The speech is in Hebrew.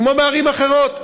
כמו בערים אחרות,